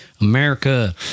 America